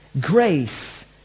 Grace